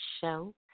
show